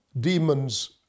Demons